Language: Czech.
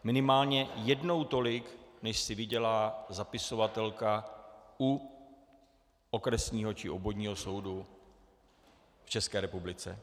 Minimálně jednou tolik, než si vydělá zapisovatelka u okresního či obvodního soudu v České republice.